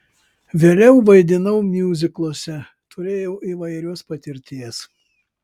vėliau vaidinau miuzikluose turėjau įvairios patirties